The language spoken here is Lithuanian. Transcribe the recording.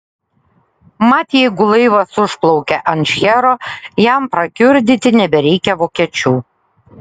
mat jeigu laivas užplaukia ant šchero jam prakiurdyti nebereikia vokiečių